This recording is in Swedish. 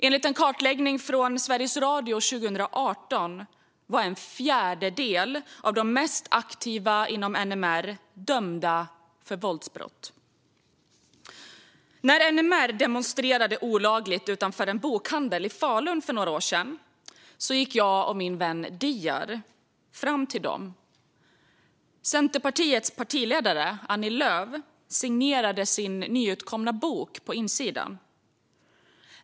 Enligt en kartläggning av Sveriges Radio 2018 var en fjärdedel av de mest aktiva inom NMR dömda för våldsbrott. När NMR demonstrerade olagligt utanför en bokhandel i Falun för några år sedan gick jag och min vän Diyar fram till dem. Centerpartiets partiledare Annie Lööf signerade sin nyutkomna bok inne i bokhandeln.